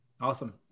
Awesome